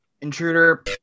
Intruder